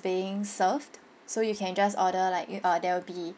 being served so you can just order like err there will be